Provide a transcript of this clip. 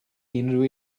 unrhyw